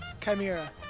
Chimera